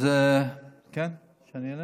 אז כן, שאני אענה?